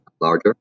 larger